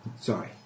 sorry